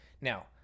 Now